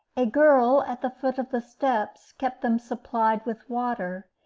a girl at the foot of the steps kept them supplied with water,